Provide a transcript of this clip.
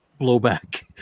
blowback